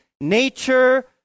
nature